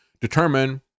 determine